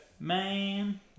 Man